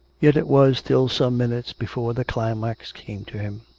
yet it was still some minutes before the climax came to him.